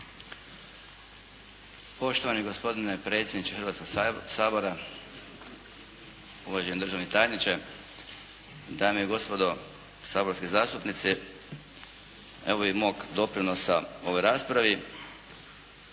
Poštovani gospodine predsjedniče Hrvatskoga sabor, uvaženi državni tajniče, dame i gospodo saborski zastupnici, evo i mog doprinosa ovoj raspravi.